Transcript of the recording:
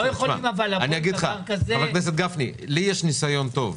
חבר הכנסת גפני, לי יש ניסיון טוב.